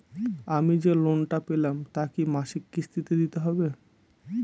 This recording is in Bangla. আমি যে লোন টা পেলাম তা কি মাসিক কিস্তি তে দিতে হবে?